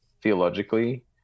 theologically